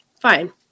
fine